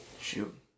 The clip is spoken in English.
Shoot